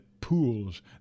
pools